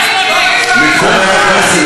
יוצא מן הכלל.